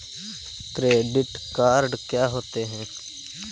Credit card क्या होता है?